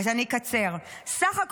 אז אני אקצר.